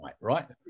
right